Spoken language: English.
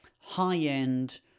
high-end